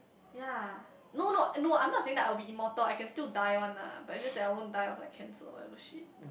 ya no no no I'm not saying that I will be immortal I can still die one lah but just that I won't die on like cancer or whatever shit